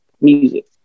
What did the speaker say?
music